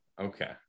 Okay